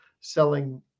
selling